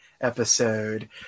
episode